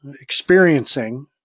experiencing